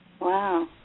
Wow